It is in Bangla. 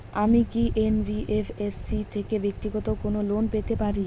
আমি কি এন.বি.এফ.এস.সি থেকে ব্যাক্তিগত কোনো লোন পেতে পারি?